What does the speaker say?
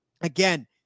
again